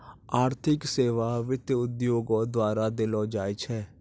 आर्थिक सेबा वित्त उद्योगो द्वारा देलो जाय छै